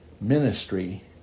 ministry